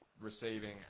receiving